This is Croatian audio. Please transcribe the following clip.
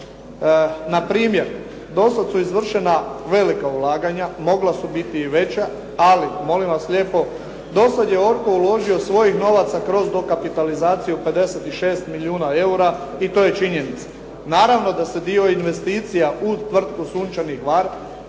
Na primjer, do sad su izvršena velika ulaganja, mogla su biti i veća ali molim vas lijepo do sad je "ORCO" uložio svojih novaca kroz dokapitalizaciju 56 milijuna eura i to je činjenica. Naravno da se dio investicija u tvrtku "Sunčani Hvar"